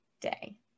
day